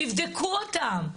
תבדקו אותם.